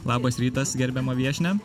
labas rytas gerbiama viešnia